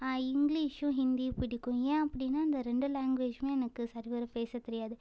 இங்கிலீஷும் ஹிந்தியும் பிடிக்கும் ஏன் அப்படின்னா இந்த ரெண்டு லாங்குவேஜுமே எனக்கு சரி வர பேசத் தெரியாது